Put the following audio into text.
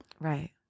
Right